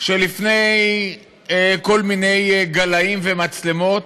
שלפני כל מיני גלאים ומצלמות,